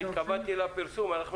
אני התכוונתי לאותו